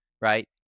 right